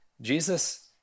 Jesus